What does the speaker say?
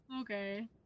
Okay